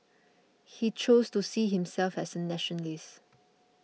he chose to see himself as a nationalist